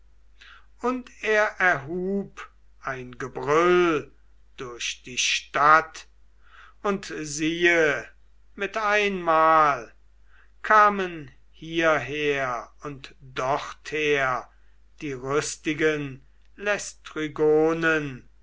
und er erhub ein gebrüll durch die stadt und siehe mit einmal kamen hierher und dorther die rüstigen